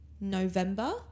November